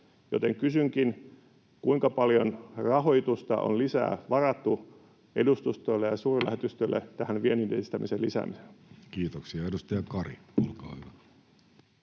joten kysynkin: kuinka paljon rahoitusta on varattu lisää edustustoille ja suurlähetystöille tähän vienninedistämisen lisäämiseen? Kiitoksia. — Edustaja Kari, olkaa hyvä.